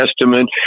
Testament